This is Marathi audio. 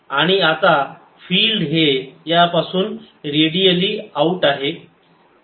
आणि आता फिल्ड हे यापासून रेडिअली आऊट आहे